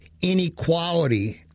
inequality